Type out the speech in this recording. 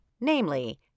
namely